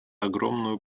огромную